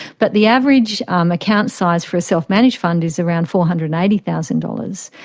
but the average um account size for a self-managed fund is around four hundred and eighty thousand dollars.